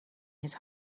his